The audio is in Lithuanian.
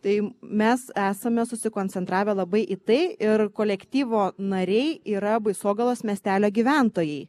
tai mes esame susikoncentravę labai į tai ir kolektyvo nariai yra baisogalos miestelio gyventojai